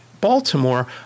Baltimore